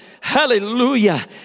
hallelujah